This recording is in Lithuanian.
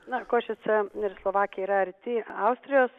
na košicė ir slovakija yra arti austrijos